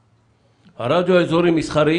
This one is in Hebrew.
הרדיו האזורי מסחרי